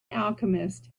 alchemist